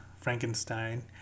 Frankenstein